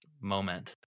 moment